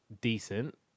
decent